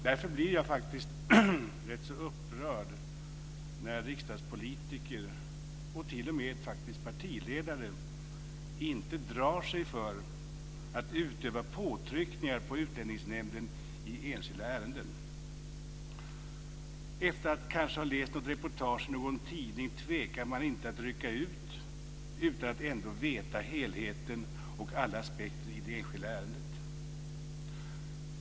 Därför blir jag faktiskt rätt så upprörd när riksdagspolitiker, och t.o.m. partiledare, inte drar sig för att utöva påtryckningar på Utlänningsnämnden i enskilda ärenden. Efter att kanske ha läst ett reportage i någon tidning tvekar man inte att rycka ut utan att veta helheten och alla aspekter i det enskilda ärendet.